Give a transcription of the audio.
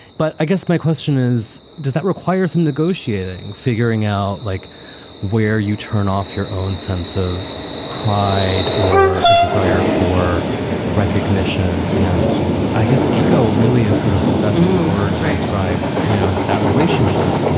but i guess my question is, does that require some negotiating, figuring out like where you turn off your own sense of pride or a desire for recognition? and i guess ego really is sort of the best or describe, you know, that relationship.